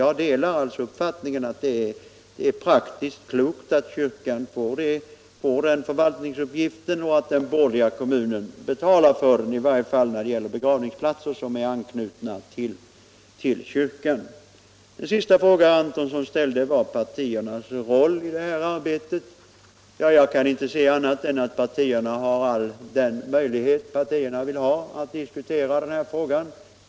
Jag delar alltså uppfattningen att det är praktiskt och klokt att kyrkan får den här förvaltningsuppgiften och att den borgerliga kommunen betalar härför, i varje fall när det gäller begravningsplatser som ligger i anslutning till kyrkan. Herr Antonssons sista fråga gällde partiernas roll i detta arbete. Jag 213 kan inte se annat än att partierna har alla de möjligheter de vill ha att diskutera denna fråga.